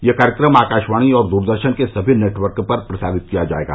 यह कार्यक्रम आकाशवाणी और दूरदर्शन के सभी नेटवर्क पर प्रसारित किया जायेगा